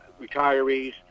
retirees